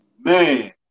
man